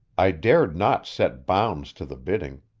i dared not set bounds to the bidding.